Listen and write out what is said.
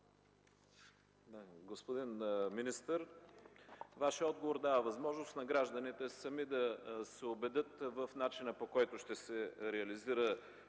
Господин министър, Вашият отговор дава възможност на гражданите сами да се убедят в начина, по който ще се реализира